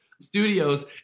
studios